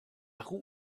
roue